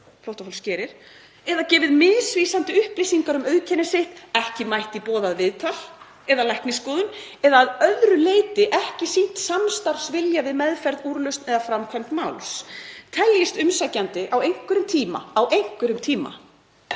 flóttafólks gerir — „eða gefið misvísandi upplýsingar um auðkenni sitt, ekki mætt í boðað viðtal eða læknisskoðun eða að öðru leyti ekki sýnt samstarfsvilja við meðferð, úrlausn eða framkvæmd máls. Teljist umsækjandi á einhverjum tíma“ — Á einhverjum tíma.